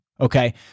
Okay